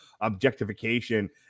objectification